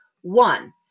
one